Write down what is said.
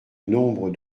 nombre